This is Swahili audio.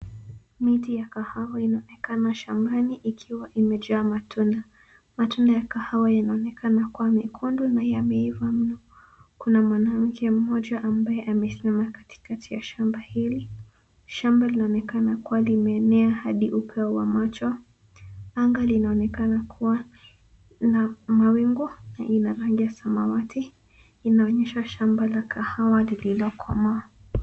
Miti ya kahawa inaonekana shambani ikiwa imejaa matunda. Matunda ya kahawa yanaonekana kuwa mekundu na yameiva mno. Kuna mwanamke mmoja ambaye amesimama katikati ya shamba hili. Shamba linaonekana kuwa limeenea Hadi upeo wa macho. Anga linaonekana kuwa na mawingu na ni la rangi ya samawati. Linaonyesha shamba la kahawa lililokomaa.